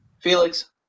Felix